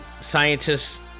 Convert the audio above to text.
scientists